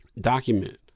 document